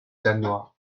danois